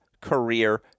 career